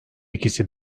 ikisi